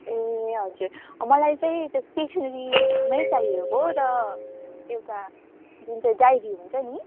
ए हजुर मलाई चाहिँ त्यो स्टेसनेरीमै चाहिएको र एउटा जुन चाहिँ डायरी हुन्छ नि